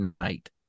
night